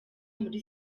muri